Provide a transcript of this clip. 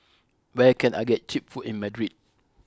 where can I get cheap food in Madrid